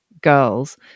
girls